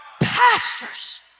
pastors